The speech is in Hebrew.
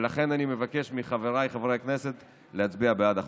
ולכן אני מבקש מחבריי חברי הכנסת להצביע בעד החוק.